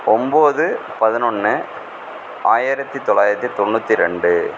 ஒன்போது பதினொன்று ஆயிரத்தி தொள்ளாயிரத்தி தொண்ணூற்றி ரெண்டு